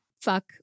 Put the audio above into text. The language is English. Fuck